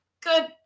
good